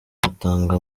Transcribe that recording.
dutanga